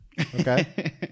okay